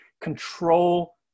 control